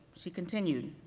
she continued,